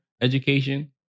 education